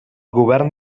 govern